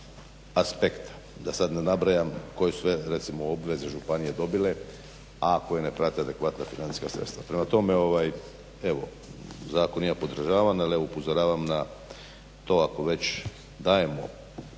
aspekta, da sad ne nabrajam koje su sve obveze županije dobile, a koje ne prate adekvatna financijska sredstva. Prema tome, zakon i ja podržavam ali upozoravam na to ako već dajemo